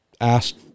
asked